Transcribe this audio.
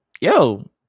yo